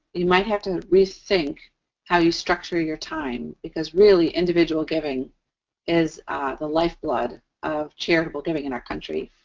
you might have to rethink how you structure your time because really, individual giving is the lifeblood of charitable giving in our country.